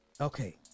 Okay